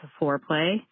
foreplay